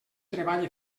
treball